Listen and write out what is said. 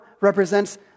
represents